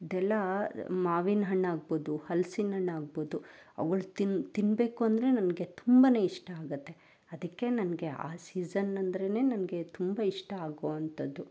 ಇದೆಲ್ಲ ಮಾವಿನ ಹಣ್ಣಾಗ್ಬೋದು ಹಲ್ಸಿನ ಹಣ್ಣಾಗ್ಬೋದು ಅವ್ಗಳು ತಿನ್ನ ತಿನ್ನಬೇಕು ಅಂದರೆ ನನಗೆ ತುಂಬ ಇಷ್ಟ ಆಗುತ್ತೆ ಅದಕ್ಕೆ ನನಗೆ ಆ ಸೀಸನಂದ್ರೆ ನನಗೆ ತುಂಬ ಇಷ್ಟ ಆಗುವಂಥದ್ದು